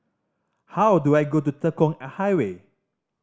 how do I go to Tekong Highway